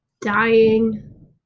dying